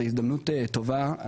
זו הזדמנות טובה,